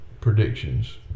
predictions